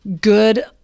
good